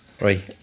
right